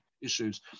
issues